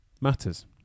matters